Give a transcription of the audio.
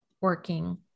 working